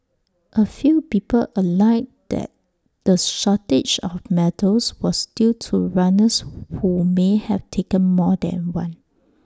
A few people alleged that the shortage of medals was due to runners who may have taken more than one